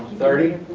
thirty,